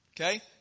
okay